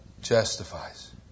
justifies